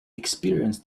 experienced